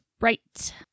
Right